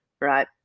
right